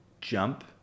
jump